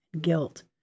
guilt